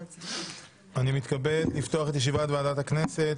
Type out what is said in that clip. אני מתכבד לפתוח את ישיבת ועדת הכנסת.